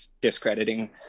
discrediting